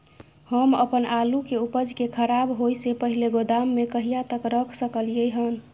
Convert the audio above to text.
हम अपन आलू के उपज के खराब होय से पहिले गोदाम में कहिया तक रख सकलियै हन?